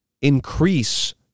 increase